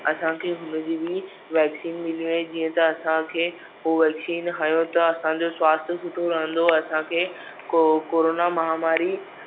असांखे हुनजी बि वैक्सीन मिली वई जीअं त असांखे उ वैक्सीन हंयो त असांजो स्वास्थ सुठो रहंदो असांखे को कोरोना महामारी